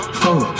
four